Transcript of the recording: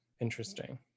Interesting